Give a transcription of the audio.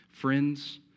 friends